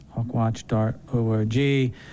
Hawkwatch.org